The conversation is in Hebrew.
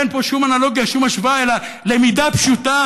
ואין פה שום אנלוגיה, שום השוואה, אלא למידה פשוטה